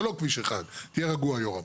זה לא כביש 1 תהיה רגוע יורם.